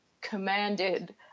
commanded